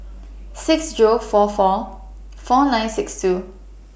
six Zero four four four nine six two